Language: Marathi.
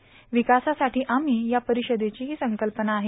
विकासासाठी आम्ही या परिषदेची संकल्पना आहे